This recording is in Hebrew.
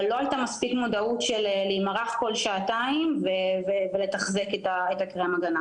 אבל לא הייתה מודעות של להימרח כל שעתיים ולתחזק את קרם ההגנה.